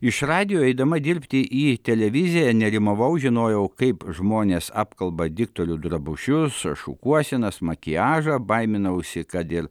iš radijo eidama dirbti į televiziją nerimavau žinojau kaip žmonės apkalba diktorių drabužius šukuosenas makiažą baiminausi kad ir